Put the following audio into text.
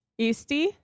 Eastie